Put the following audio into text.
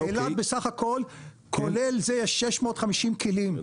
באילת בסך הכול כולל זה יש 650 כלים.